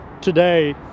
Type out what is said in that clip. today